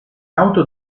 auto